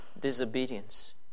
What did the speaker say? disobedience